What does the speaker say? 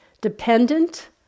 dependent